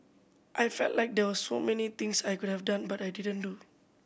I felt like there were so many things I could have done but I didn't do